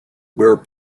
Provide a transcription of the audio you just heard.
where